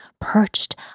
perched